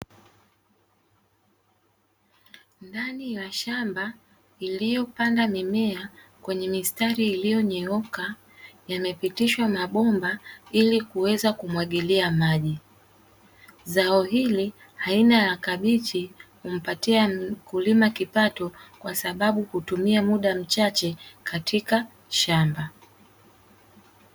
Ndani ya shamba iliyopandwa mimea kwenye mistari iliyonyooka, yamepitishwa mabomba ili kuweza kumwagilia maji. Zao hili aina ya kabichi humpatia mkulima kipato kwa sababu kutumia muda mchache katika shamba.